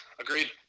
Agreed